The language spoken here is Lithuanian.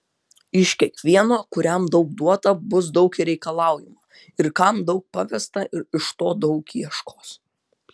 iš kiekvieno kuriam daug duota bus daug ir reikalaujama ir kam daug pavesta iš to daug ieškos